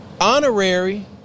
honorary